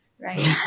right